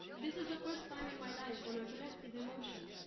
this is the first time in my life when a collective emotion,